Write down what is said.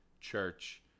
church